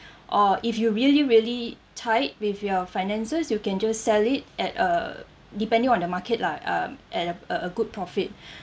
or if you really really tight with your finances you can just sell it at uh depending on the market lah uh at a a a good profit